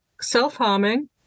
self-harming